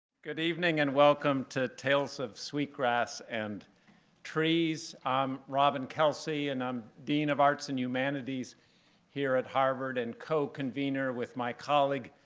good evening, and welcome to tales of sweet grass and trees. i'm robin kelsey, and i'm dean of arts and humanities here at harvard and co-convener with my colleague,